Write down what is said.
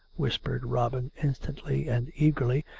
whispered robin in stantly and eagerly,